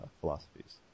philosophies